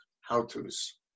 how-tos